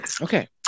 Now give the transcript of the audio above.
Okay